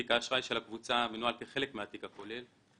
תיק האשראי של הקבוצה מנוהל כחלק מהתיק הכולל.